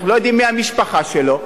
אנחנו לא יודעים מי המשפחה שלו,